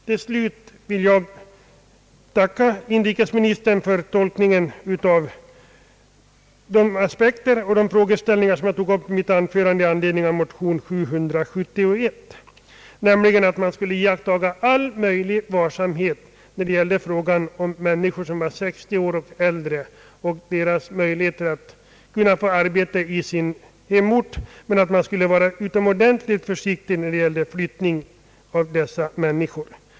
Till slut vill jag tacka inrikesminis tern för tolkningen av de aspekter och frågeställningar som jag tog upp i mitt anförande i anledning av motion I: 771, nämligen att iaktta all möjlig varsamhet när det gällde att ge människor som är 60 år och äldre arbete i sin hemort samt vara utomordentligt försiktig med att förflytta dem till andra orter.